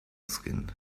skin